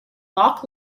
loch